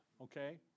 Okay